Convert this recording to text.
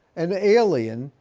an alien,